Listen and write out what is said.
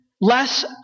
less